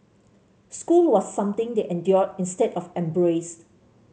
school was something they endured instead of embraced